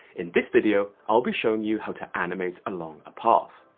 in this video, i'll be showing you how to animate along a path.